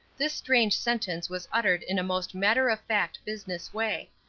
this strange sentence was uttered in a most matter-of-fact business way,